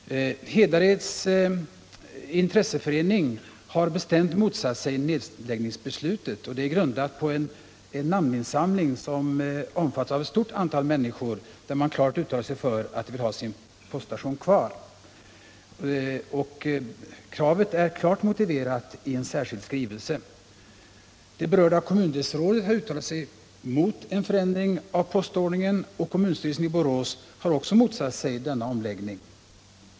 Hedareds intresseförening har bestämt motsatt sig nedläggningsbeslutet. Man har vid en omfattande namninsamling klart uttalat sig för att man vill ha sin poststation kvar. Kravet är starkt motiverat i en särskild skrivelse. Det berörda kommundelsrådet har uttalat sig mot en förändring av postordningen, och kommunstyrelsen i Borås har också motsatt sig denna omläggning.